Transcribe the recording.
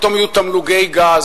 פתאום יהיו תמלוגי גז.